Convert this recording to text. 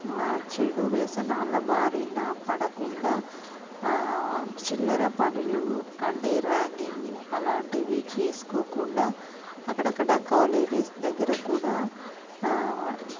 చెడు వ్యసనాల బారిన పడకుండా చిల్లర పనులు అంటే ర్యాగింగ్ అలాంటివి చేసుకోకుండా అక్కడక్కడ కాలేజెస్ దగ్గర కూడా